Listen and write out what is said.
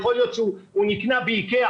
יכול להיות שהוא נקנה באיקאה,